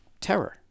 terror